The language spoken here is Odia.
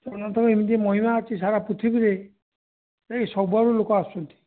ଜଗନ୍ନାଥଙ୍କର ଏମିତି ମହିମା ଅଛି ସାରା ପୃଥିବୀରେ ଏହି ସବୁଆଡ଼ୁ ଲୋକ ଆସୁଛନ୍ତି